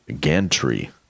gantry